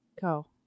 go